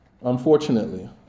Unfortunately